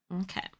Okay